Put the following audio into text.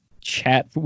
chat